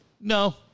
No